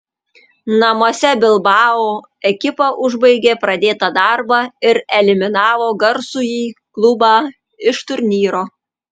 namuose bilbao ekipa užbaigė pradėtą darbą ir eliminavo garsųjį klubą iš turnyro